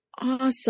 awesome